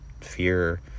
fear